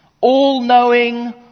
All-knowing